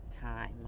time